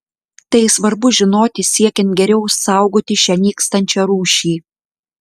tai svarbu žinoti siekiant geriau saugoti šią nykstančią rūšį